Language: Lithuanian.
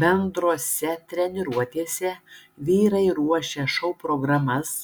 bendrose treniruotėse vyrai ruošia šou programas